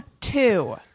two